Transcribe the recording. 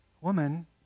woman